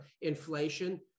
inflation